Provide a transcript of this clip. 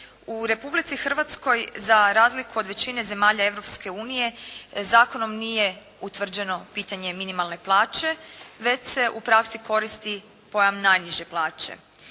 U Republici Hrvatskoj, za razliku od većine zemalja Europske unije, zakonom nije utvrđeno pitanje minimalne plaće, već se u praksi koristi pojam najniže plaće.